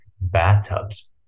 bathtubs